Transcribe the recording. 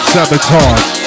Sabotage